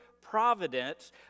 providence